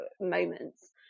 moments